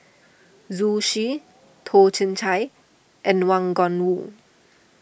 Zhu Xu Toh Chin Chye and Wang Gungwu